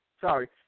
Sorry